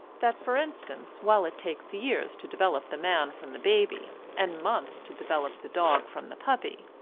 that, for instance, while it takes years to develop the man from the baby, and months to develop the dog from the puppy,